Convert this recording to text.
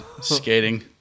Skating